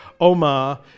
Omar